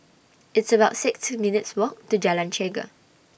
It's about six minutes' Walk to Jalan Chegar